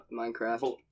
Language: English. Minecraft